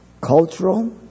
cultural